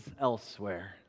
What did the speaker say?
elsewhere